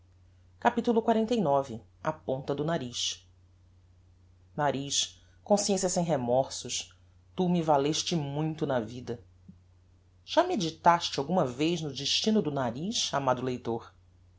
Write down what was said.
nariz capitulo xlix a ponta do nariz nariz consciencia sem remorsos tu me valeste muito na vida já meditaste alguma vez no destino do nariz amado leitor